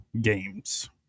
games